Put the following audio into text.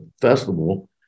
festival